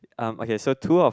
um okay so two of